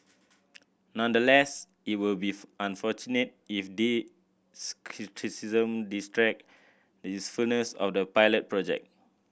nonetheless it will be unfortunate if these criticism detract usefulness of the pilot project